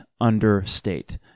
understate